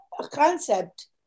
concept